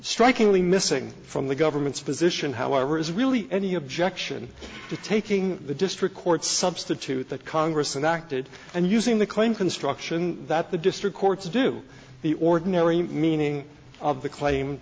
strikingly missing from the government's position however is really any objection to taking the district court substitute that congress and acted and using the claim construction that the district court to do the ordinary meaning of the claim